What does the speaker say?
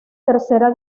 tercera